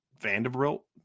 Vanderbilt